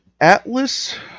Atlas